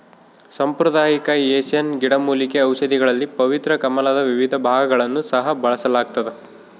ಸಾಂಪ್ರದಾಯಿಕ ಏಷ್ಯನ್ ಗಿಡಮೂಲಿಕೆ ಔಷಧಿಗಳಲ್ಲಿ ಪವಿತ್ರ ಕಮಲದ ವಿವಿಧ ಭಾಗಗಳನ್ನು ಸಹ ಬಳಸಲಾಗ್ತದ